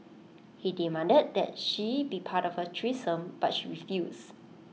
he demanded that she be part of A threesome but she refused